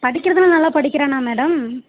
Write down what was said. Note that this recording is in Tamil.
படிக்கிறதுல்லா நல்லா படிக்கிறானா மேடம்